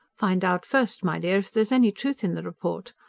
find out first, my dear, if there's any truth in the report.